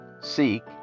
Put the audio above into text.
Seek